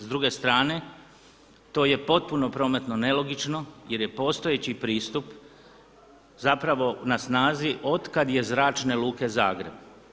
S druge strane, to je potpuno prometno nelogično jer je postojeći pristup zapravo na snazi otkad je Zračne luke Zagreb.